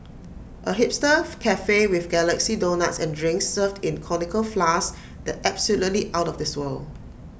A hipster Cafe with galaxy donuts and drinks served in conical flasks that's absolutely out of this world